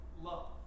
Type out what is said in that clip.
love